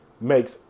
makes